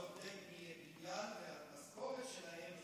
זה